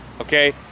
okay